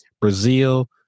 Brazil